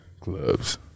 Clubs